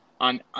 on